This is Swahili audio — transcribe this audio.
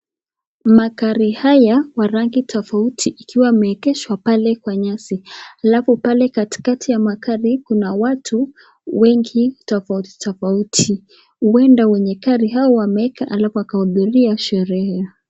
Magari haya kwa rangi tofauti ikiwa yameegeshwa pale kwa nyasi. Alafu pale katikati ya magari kuna watu wengi tofauti tofauti. Huenda wenye gari hao wameeka alafu wakahudhuria sherehe.